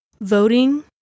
Voting